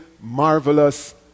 marvelous